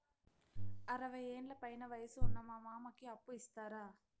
అరవయ్యేండ్ల పైన వయసు ఉన్న మా మామకి అప్పు ఇస్తారా